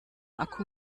akku